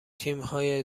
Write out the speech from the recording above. تیمهای